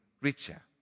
richer